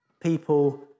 people